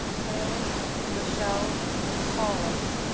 hallie michelle paulus